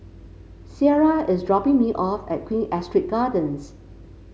Ciera is dropping me off at Queen Astrid Gardens